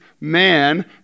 man